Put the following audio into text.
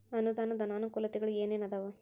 ಅನುದಾನದ್ ಅನಾನುಕೂಲತೆಗಳು ಏನ ಏನ್ ಅದಾವ?